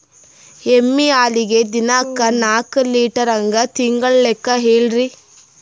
ಎಮ್ಮಿ ಹಾಲಿಗಿ ದಿನಕ್ಕ ನಾಕ ಲೀಟರ್ ಹಂಗ ತಿಂಗಳ ಲೆಕ್ಕ ಹೇಳ್ರಿ?